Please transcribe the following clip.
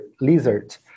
lizard